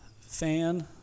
fan